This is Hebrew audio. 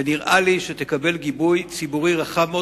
ונראה לי שתקבל גיבוי ציבורי רחב מאוד,